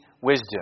wisdom